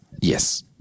Yes